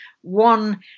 one